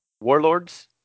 warlords